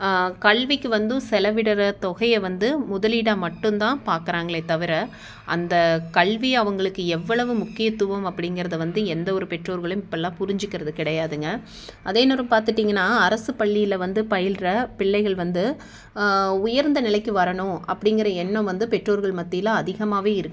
கல்விக்கு வந்து செலவிடுகிற தொகையை வந்து முதலீடாக மட்டும் தான் பார்க்குறாங்களே தவிர அந்த கல்வி அவங்களுக்கு எவ்வளவு முக்கியத்துவம் அப்டிங்கிறத வந்து எந்த ஒரு பெற்றோர்களும் இப்போல்லாம் புரிஞ்சிக்கிறது கிடையாதுங்க அதே நேரம் பார்த்துட்டிங்கனா அரசுப் பள்ளியில் வந்து பயில்கிற பிள்ளைகள் வந்து உயர்ந்த நிலைக்கு வரணும் அப்டிங்கிற எண்ணம் வந்து பெற்றோர்கள் மத்தியில் அதிகமாகவே இருக்குது